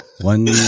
One